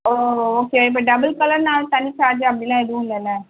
ஓ okay இப்போது double கலர்னால் அதுக்கு தனி சார்ஜ் அப்படிலாம் எதுவும் இல்லயில்ல